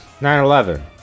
9-11